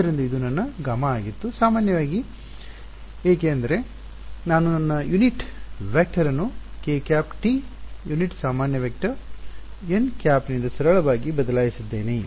ಆದ್ದರಿಂದ ಇದು ನನ್ನ Γ ಆಗಿತ್ತು ಸಾಮಾನ್ಯವಾಗಿ ಏಕೆ ಏಕೆಂದರೆ ನಾನು ನನ್ನ ಯುನಿಟ್ ವೆಕ್ಟರ್ ಅನ್ನು kˆ t ಯುನಿಟ್ ಸಾಮಾನ್ಯ ವೆಕ್ಟರ್ nˆ ನಿಂದ ಸರಳವಾಗಿ ಬದಲಾಯಿಸಿದ್ದೇನೆ